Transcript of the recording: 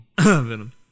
Venom